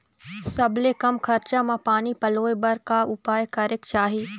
सबले कम खरचा मा पानी पलोए बर का उपाय करेक चाही?